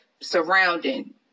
surrounding